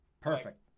Perfect